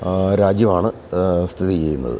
ആ രാജ്യമാണ് സ്ഥിതി ചെയ്യുന്നത്